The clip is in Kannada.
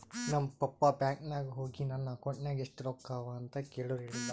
ನಮ್ ಪಪ್ಪಾ ಬ್ಯಾಂಕ್ ನಾಗ್ ಹೋಗಿ ನನ್ ಅಕೌಂಟ್ ನಾಗ್ ಎಷ್ಟ ರೊಕ್ಕಾ ಅವಾ ಅಂತ್ ಕೇಳುರ್ ಹೇಳಿಲ್ಲ